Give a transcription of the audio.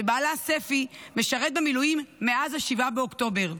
שבעלה ספי משרת במילואים מאז 7 באוקטובר.